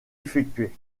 effectuer